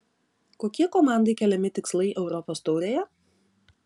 kokie komandai keliami tikslai europos taurėje